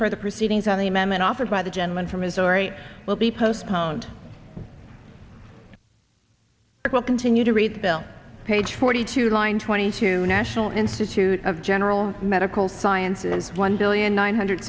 for the proceedings on the amendment offered by the gentleman from his henri will be postponed will continue to read the bill page forty two line twenty two national institute of general medical sciences one billion nine hundred